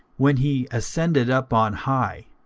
when he ascended up on high,